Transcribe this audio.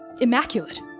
Immaculate